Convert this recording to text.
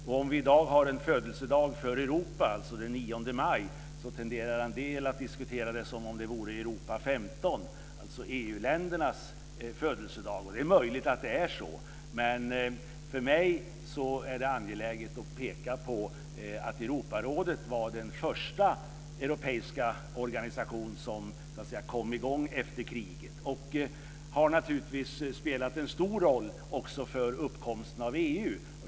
Om vi i dag, den 9 maj, har födelsedag för Europa tenderar en del att diskutera som om det vore Europa 15, dvs. EU länderna, som hade födelsedag. Det är möjligt att det är så. Men för mig är det angeläget att peka på att Europarådet var den första europeiska organisation som kom i gång efter kriget och naturligtvis också har spelat en stor roll för uppkomsten av EU.